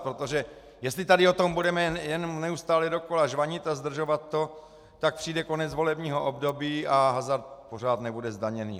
Protože jestli tady o tom budeme jen neustále dokola žvanit a zdržovat to, tak přijde konec volebního období a hazard pořád nebude zdaněný.